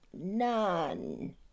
None